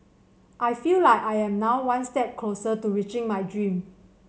I feel like I am now one step closer to reaching my dream